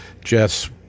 Jess